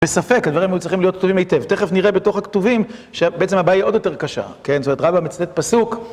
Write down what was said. בספק, הדברים היו צריכים להיות כתובים היטב. תכף נראה בתוך הכתובים, שבעצם הבעיה היא עוד יותר קשה. כן, זאת אומרת רבא מצטט פסוק.